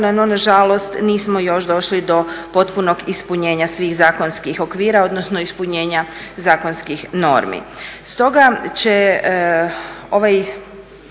No, na žalost nismo još došli do potpunog ispunjenja svih zakonskih okvira, odnosno ispunjenja zakonskih normi. Stoga će ova